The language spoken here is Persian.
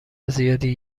زیادی